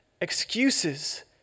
Excuses